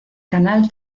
canal